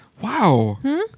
Wow